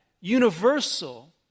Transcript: universal